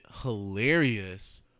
hilarious